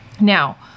now